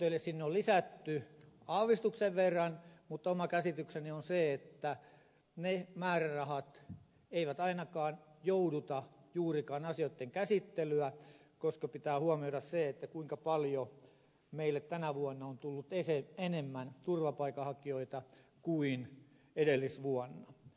eli sinne on lisätty aavistuksen verran mutta oma käsitykseni on se että ne määrärahat eivät ainakaan jouduta juurikaan asioitten käsittelyä koska pitää huomioida se kuinka paljon meille tänä vuonna on tullut enemmän turvapaikanhakijoita kuin edellisvuonna